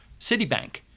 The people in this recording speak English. Citibank